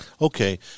Okay